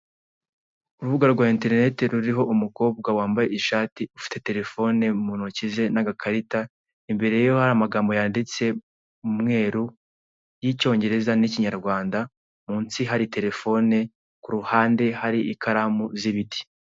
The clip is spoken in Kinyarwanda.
Urubuga rwa eterinete ruriho umukobwa wambaye ishati ufite terefone mu intoki ze n'agakarita imbere ye hari amagambo yanditse umweru y'icyongereza n'ikinyarwanda munsi hari terefone k''uruhande hari ikaramu z'ibiti.